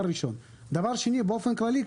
באופן כללי,